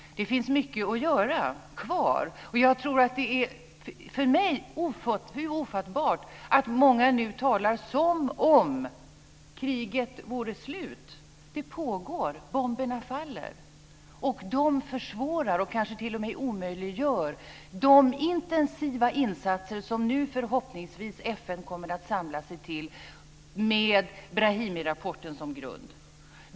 Det finns mycket kvar att göra. För mig är det ofattbart att många nu talar som om kriget vore slut. Det pågår. Bomberna faller. Det försvårar, och kanske t.o.m. omöjliggör, de intensiva insatser som FN nu förhoppningsvis kommer att samla sig till med Brahimirapporten som grund.